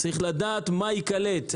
צריך לדעת מה ייקלט.